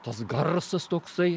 tas garsas toksai